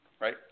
Right